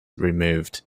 removed